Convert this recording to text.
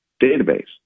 database